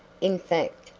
in fact,